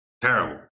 terrible